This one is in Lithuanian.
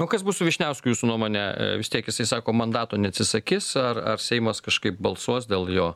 o kas bus su vyšniausku jūsų nuomone vis tiek jisai sako mandato neatsisakys ar arseimas kažkaip balsuos dėl jo